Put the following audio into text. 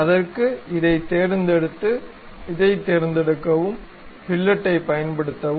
அதற்கு இதைத் தேர்ந்தெடுத்து இதைத் தேர்ந்தெடுக்கவும் ஃபில்லெட்டைப் பயன்படுத்தவும்